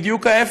בדיוק ההפך.